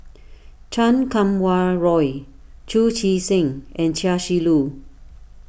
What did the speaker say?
Chan Kum Wah Roy Chu Chee Seng and Chia Shi Lu